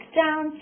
down